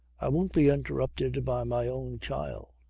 i won't be interrupted by my own child.